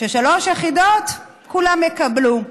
ששלוש יחידות כולם יקבלו,